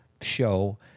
show